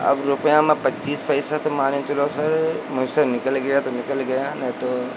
अब रुपया में पच्चीस पैसा तो मान कर चलो सर मुँह से निकल गया तो निकल गया नहीं तो